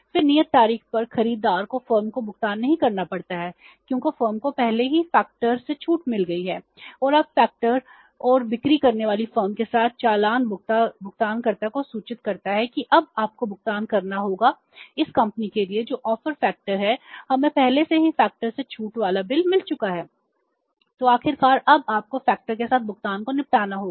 फिर नियत तारीख पर खरीदार को फर्म को भुगतान नहीं करना पड़ता है क्योंकि फर्म को पहले ही फैक्टर के साथ भुगतान को निपटाना होगा